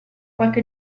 qualche